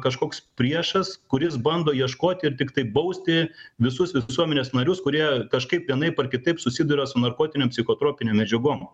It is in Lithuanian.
kažkoks priešas kuris bando ieškoti ir tiktai bausti visus visuomenės narius kurie kažkaip vienaip ar kitaip susiduria su narkotinėm psichotropinėm medžiagom